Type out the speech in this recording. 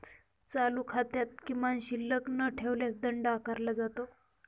चालू खात्यात किमान शिल्लक न ठेवल्यास दंड आकारला जातो